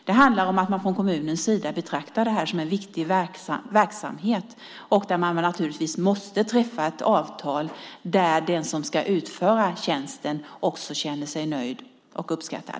Det handlar om att man från kommunens sida betraktar det här som en viktig verksamhet, och man måste naturligtvis träffa ett avtal där den som ska utföra tjänsten också känner sig nöjd och uppskattad.